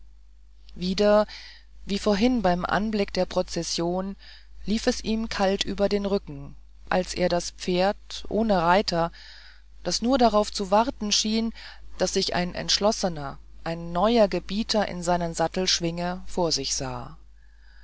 wieder wie vorhin beim anblick der prozession lief es ihm kalt über den rücken als er das pferd ohne reiter das nur darauf zu warten schien daß sich ein entschlossener ein neuer gebieter in seinen sattel schwinge vor sich sah